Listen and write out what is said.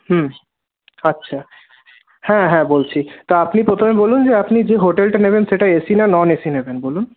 হুম আচ্ছা হ্যাঁ হ্যাঁ বলছি তো আপনি প্রথমে বলুন যে আপনি যে হোটেলটা নেবেন সেটা এসি না নন এসি নেবেন বলুন